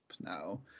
now